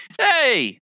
Hey